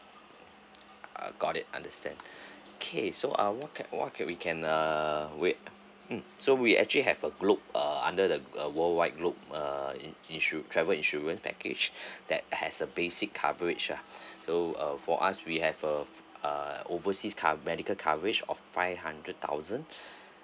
uh got it understand okay so uh what can what can we can err wait mm so we actually have a group uh under the uh worldwide group uh insu~ travel insurance package that has a basic coverage ah so uh for us we have uh err overseas cover~ medical coverage of five hundred thousand